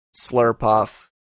Slurpuff